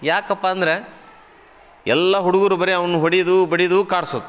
ಯಾಕಪ್ಪ ಅಂದರೆ ಎಲ್ಲ ಹುಡುಗರು ಬರೇ ಅವನ ಹೊಡಿಯೋದು ಬಡಿಯೋದು ಕಾಡ್ಸೋದು